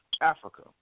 Africa